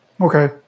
Okay